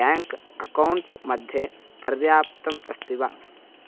bank account मध्ये पर्याप्तम् अस्ति वा